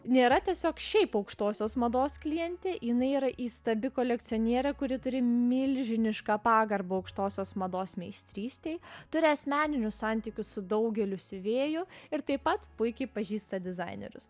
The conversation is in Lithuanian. nėra tiesiog šiaip aukštosios mados klientė jinai yra įstabi kolekcionierė kuri turi milžinišką pagarbą aukštosios mados meistrystei turi asmeninių santykių su daugeliu siuvėjų ir taip pat puikiai pažįsta dizainerius